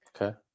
Okay